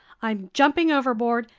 i'm jumping overboard,